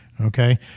Okay